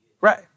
Right